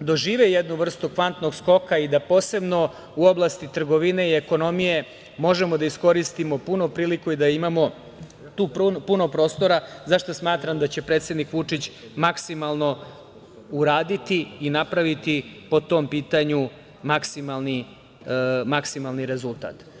dožive jednu vrstu kvantnog skoka, da posebno u oblasti trgovine i ekonomije možemo da iskoristimo punu priliku i da imamo tu puno prostora za šta smatram da će predsednik Vučić maksimalno uraditi i napraviti po tom pitanju, maksimalni rezultat.